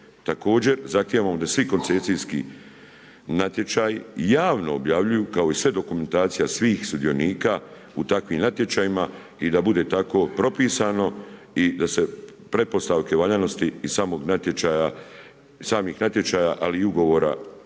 Također zahtijevamo da svi koncesijski natječaji javno objavljuju kao i sva dokumentacija svih sudionika u takvim natječajima i da bude tako propisano i da se pretpostavke valjanosti iz samih natječaja ali i ugovora